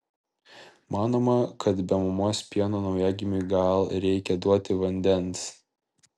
manoma kad be mamos pieno naujagimiui gal reikia duoti vandens